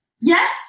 Yes